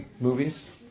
Movies